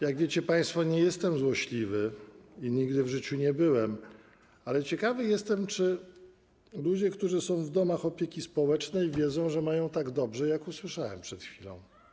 Jak wiecie państwo, nie jestem złośliwy i nigdy w życiu nie byłem, ale ciekawy jestem, czy ludzie, którzy są w domach opieki społecznej, wiedzą, że mają tak dobrze, jak usłyszałem przed chwilą.